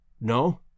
No